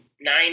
nine